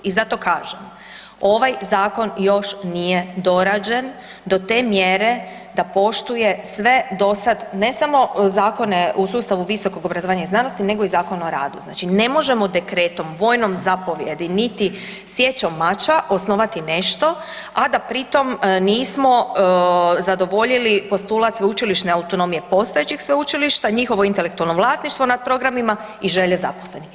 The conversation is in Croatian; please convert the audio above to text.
I zato kažem, ovaj zakon još nije dorađen do te mjere da poštuje sve do sad ne samo zakone u sustavu visokog obrazovanje i znanosti nego i Zakon o radu, znači ne možemo dekretom, vojnom zapovijedi niti sječom mača osnovati nešto, a da pri tom nismo zadovoljili postulat sveučilišne autonomije postojećeg sveučilišta, njihovo intelektualno vlasništvo nad programima i želje zaposlenih.